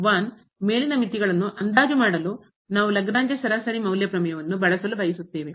ಈಗ ಮೇಲಿನ ಮಿತಿಗಳನ್ನು ಅಂದಾಜು ಮಾಡಲು ನಾವು ಲಾಗ್ರೇಂಜ್ ಸರಾಸರಿ ಮೌಲ್ಯ ಪ್ರಮೇಯವನ್ನು ಬಳಸಲು ಬಯಸುತ್ತೇವೆ